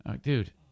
dude